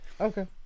Okay